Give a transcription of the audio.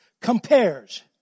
compares